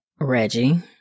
Reggie